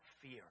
fear